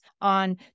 on